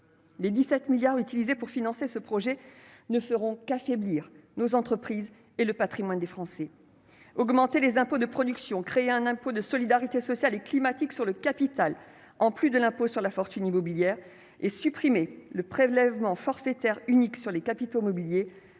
les 17 milliards utilisés pour financer ce projet ne feront qu'affaiblir nos entreprises et le Patrimoine des Français : augmenter les impôts de production créer un impôt de solidarité sociale et climatique sur le capital, en plus de l'impôt sur la fortune immobilière et supprimer le prélèvement forfaitaire unique sur les capitaux mobiliers,